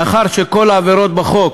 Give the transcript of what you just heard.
מאחר שלא כל העבירות בחוק